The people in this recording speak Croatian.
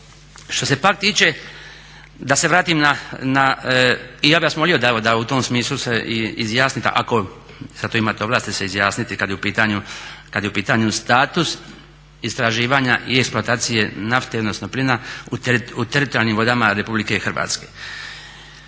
Što se pak tiče da se vratim i ja bih vas molio da u tom smislu se i izjasnite ako za to imate ovlasti se izjasniti kad je u pitanju status istraživanja i eksploatacije nafte odnosno plina u teritorijalnim vodama RH. Dobro rekao